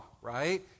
Right